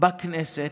בכנסת,